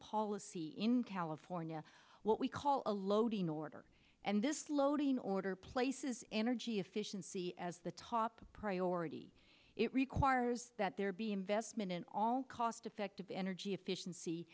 policy in california what we call a loading order and this loading order places energy efficiency as the top priority it requires that there be investment in all cost effective energy efficiency